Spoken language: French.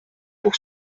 pour